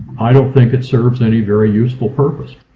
i don't think it serves any very useful purpose.